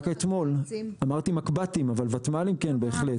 אמרתי מקב"טים, אבל ותמ"לים, כן, בהחלט.